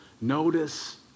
Notice